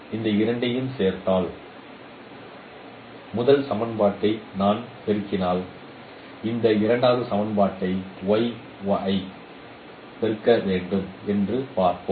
இந்த இரண்டையும் சேர்த்தால் முதல் சமன்பாட்டை நான் பெருக்கினால் இந்த இரண்டாவது சமன்பாட்டை பெருக்க வேண்டும் என்று பார்ப்போம்